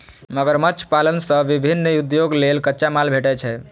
मगरमच्छ पालन सं विभिन्न उद्योग लेल कच्चा माल भेटै छै